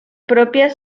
propias